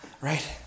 Right